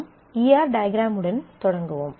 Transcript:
நாம் E R டயக்ராமுடன் தொடங்குவோம்